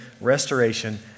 restoration